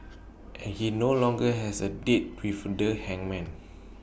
and he no longer has A date with the hangman